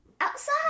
Outside